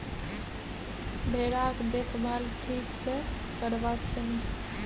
भेराक देखभाल ठीक सँ करबाक चाही